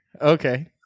Okay